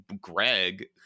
Greg